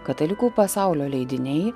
katalikų pasaulio leidiniai